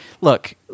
look